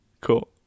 Cool